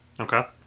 okay